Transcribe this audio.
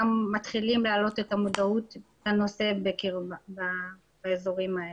מתחילים להעלות את המודעות לנושא באזורים האלה.